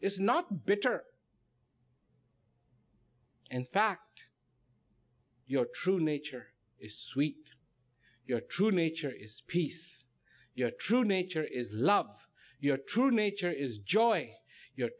is not bitter and fact your true nature is sweet your true nature is peace your true nature is love your true nature is joy your